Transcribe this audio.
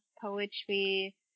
poetry